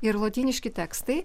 ir lotyniški tekstai